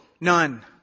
None